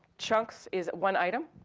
chunks is one item.